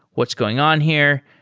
what's going on here?